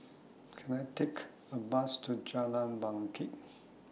Can I Take A Bus to Jalan Bangket